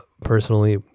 personally